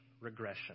regression